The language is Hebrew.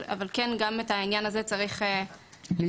אבל גם את העניין הזה צריך לזרז.